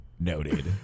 Noted